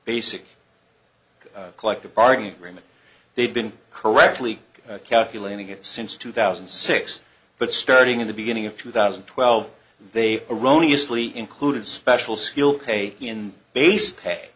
basic collective bargaining agreement they've been correctly calculating it since two thousand and six but starting in the beginning of two thousand and twelve they erroneous lee included special skill pay in base pay